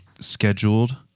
scheduled